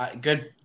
good